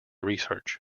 research